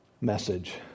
message